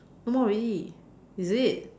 no more already is it